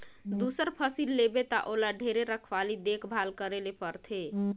दूसर फसिल लेबे त ओला ढेरे रखवाली देख भाल करे ले परथे